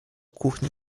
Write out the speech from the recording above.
kuchni